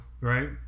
right